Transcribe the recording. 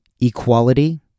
equality